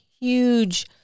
huge